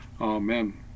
Amen